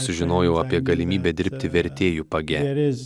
sužinojau apie galimybę dirbti vertėju page